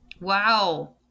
wow